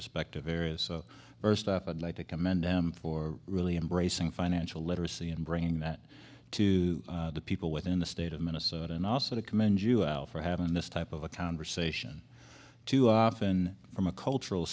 respective areas so first off i'd like to commend them for really embracing financial literacy and bringing that to the people within the state of minnesota and also to commend you out for having this type of a conversation too often from a cultural